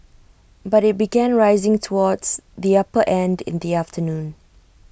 but IT began rising towards the upper end in the afternoon